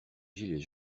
gilets